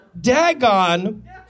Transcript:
Dagon